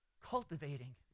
cultivating